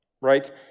right